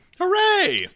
Hooray